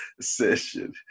session